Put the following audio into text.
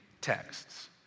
texts